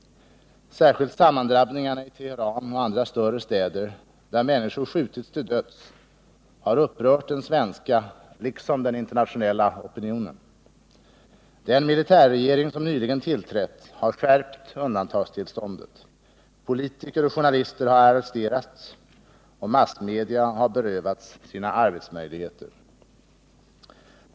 Särskilt sammandrabbningarna i Teheran och andra större städer, där människor skjutits till döds, har upprört den svenska liksom den internationella opinionen. Den militärregering som nyligen tillträtt har skärpt undantagstillståndet, politiker och journalister har arresterats och massmedia har berövats sina arbetsmöjligheter.